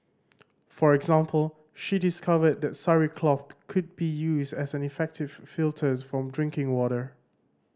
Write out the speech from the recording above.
for example she discovered that sari cloth could be used as an effective filter for drinking water